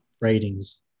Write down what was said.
ratings